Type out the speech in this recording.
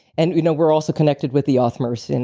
and you know we're also connected with the authmers, and